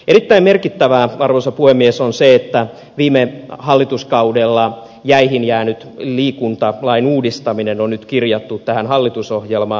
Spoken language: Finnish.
erittäin merkittävää arvoisa puhemies on se että viime hallituskaudella jäihin jäänyt liikuntalain uudistaminen on nyt kirjattu tähän hallitusohjelmaan